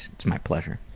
my pleasure.